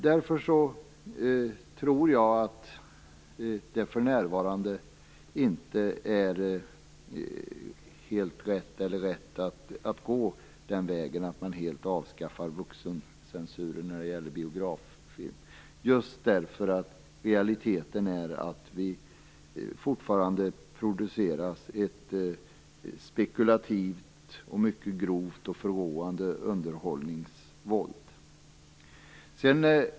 Därför tror jag att det för närvarande inte är rätt att man helt avskaffar vuxencensuren när det gäller biograffilm. Skälet är just att det i realiteten fortfarande produceras ett spekulativt, mycket grovt och förråande underhållningsvåld.